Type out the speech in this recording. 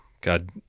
God